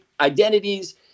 identities